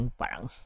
parang